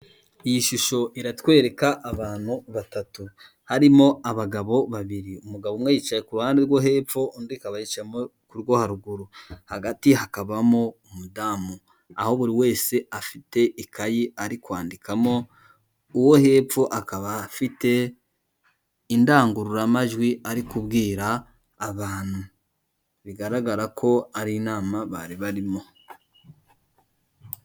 Iyi shusho iratwereka abantu batatu, harimo abagabo babiri, umugabo umwe yicaye ku ruhande rwo hepfo undi ikabayica ku rwo haruguru, hagati hakabamo umudamu, aho buri wese afite ikayi ari kwandikamo, uwo hepfo akaba afite indangururamajwi ari kubwira abantu. Bigaragara ko ari inama bari barimo.